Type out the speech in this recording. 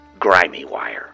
Grimywire